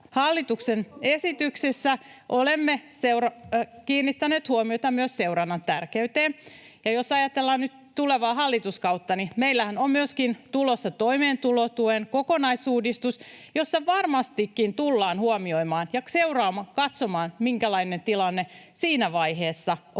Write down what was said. hallituksen esityksessä olemme kiinnittäneet huomiota myös seurannan tärkeyteen. Ja jos ajatellaan nyt tulevaa hallituskautta, niin meillähän on tulossa myöskin toimeentulotuen kokonaisuudistus, jossa varmastikin tullaan huomioimaan ja katsomaan, minkälainen tilanne siinä vaiheessa on,